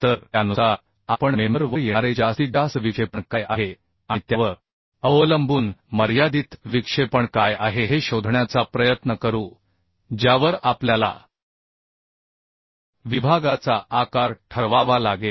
तर त्यानुसार आपण मेंबर वर येणारे जास्तीत जास्त विक्षेपण काय आहे आणि त्यावर अवलंबून मर्यादित विक्षेपण काय आहे हे शोधण्याचा प्रयत्न करू ज्यावर आपल्याला विभागाचा आकार ठरवावा लागेल